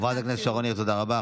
חברת הכנסת שרון ניר, תודה רבה.